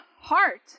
heart